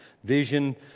Vision